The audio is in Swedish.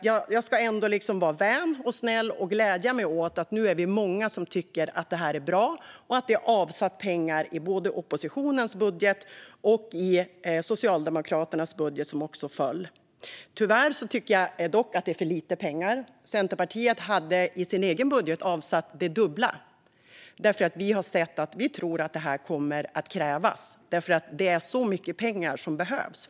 Jag ska ändå vara vän och snäll och glädja mig åt att vi nu är många som tycker att detta är bra. Det är pengar avsatta i både oppositionens budget och Socialdemokraternas budget som föll. Tyvärr tycker jag att det är för lite pengar. Centerpartiet hade i sin egen budget avsatt det dubbla eftersom vi tror att det kommer att krävas. Det är nämligen så mycket pengar som behövs.